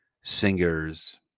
singers